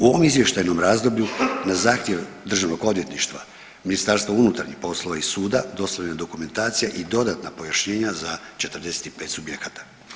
U ovom izvještajnom razdoblju na zahtjev Državnog odvjetništva Ministarstva unutarnjih poslova i suda dostavljena je dokumentacija i dodatna pojašnjenja za 45 subjekata.